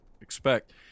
expect